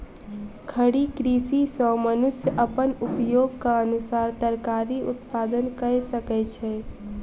खड़ी कृषि सॅ मनुष्य अपन उपयोगक अनुसार तरकारी उत्पादन कय सकै छै